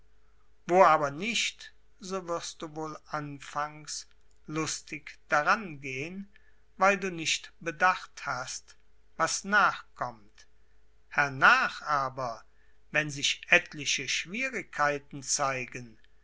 wo aber nicht so wirst du wohl anfangs lustig daran gehen weil du nicht bedacht hast was nachkommt hernach aber wenn sich etliche schwierigkeiten zeigen